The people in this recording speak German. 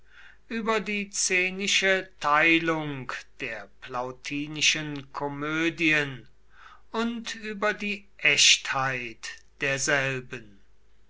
über die szenische teilung der plautinischen komödien und über die echtheit derselben